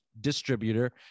distributor